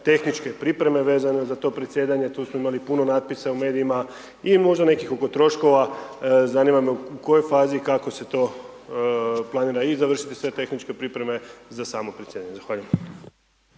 tehničke pripreme vezane za to predsjedanje, tu smo imali puno natpisa u medijima i možda nekih oko troškova, zanima me u kojoj fazi i kako se to planira i završiti i sve tehničke pripreme za samo predsjedanje? Zahvaljujem.